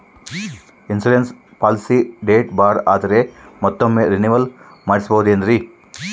Insurance policy date ಬಾರ್ ಆದರೆ ಮತ್ತೊಮ್ಮೆ ರಿನಿವಲ್ ಮಾಡಿಸಬಹುದೇ ಏನ್ರಿ?